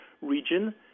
region